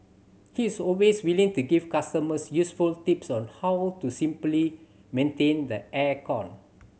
he is always willing to give customers useful tips on how to simply maintain the air con